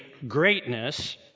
greatness